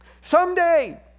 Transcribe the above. Someday